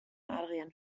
adrian